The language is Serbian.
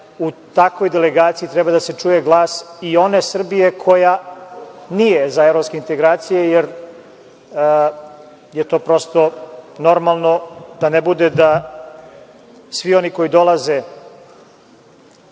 u takvoj delegaciji treba da čuje glas i one Srbije koja nije za evropske integracije jer je to prosto normalno, da ne bude da svi oni koji dolaze